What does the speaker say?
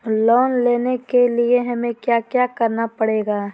Loan लेने के लिए हमें क्या क्या करना पड़ेगा?